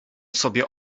sobie